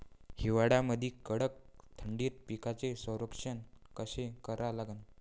हिवाळ्यामंदी कडक थंडीत पिकाचे संरक्षण कसे करा लागन?